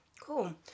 Cool